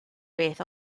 beth